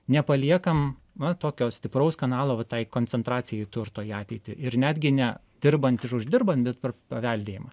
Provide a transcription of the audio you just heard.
nepaliekam na tokio stipraus kanalo va tai koncentracijai turto į ateitį ir netgi ne dirbant ir uždirbant bet per paveldėjimą